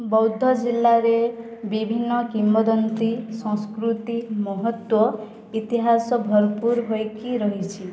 ବୌଦ ଜିଲ୍ଲାରେ ବିଭିନ୍ନ କିମ୍ବଦନ୍ତୀ ସଂସ୍କୃତି ମହତ୍ତ୍ଵ ଇତିହାସ ଭରପୁର ହୋଇକି ରହିଛି